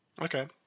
Okay